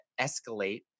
escalate